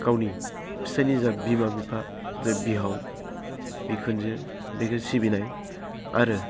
गावनि फिसाइनि जा बिमा बिफा जे बिहाव बिखुनजो बेखौ सिबिनाय आरो